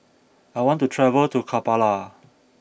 I want to travel to Kampala